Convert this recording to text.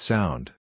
Sound